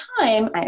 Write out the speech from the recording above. time